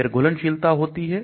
फिर घुलनशीलता होती है